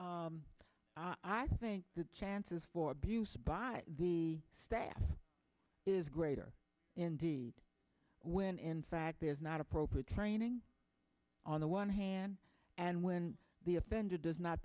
i think the chances for abuse by the staff is greater indeed when in fact there's not appropriate training on the one hand and when the offender does not